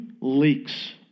leaks